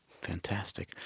Fantastic